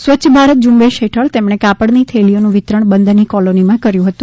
સ્વચ્છ ભારત ઝુંબેશ હેઠળ તેમણે કાપડની થેલીઓનું વિતરણ બંદરની કોલોનીમાં કર્યુ હતું